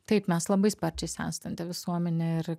taip mes labai sparčiai senstanti visuomenė ir